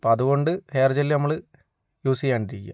അപ്പം അതുകൊണ്ട് hair gel നമ്മള് യൂസ് ചെയ്യാണ്ടിരിക്കുക